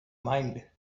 mind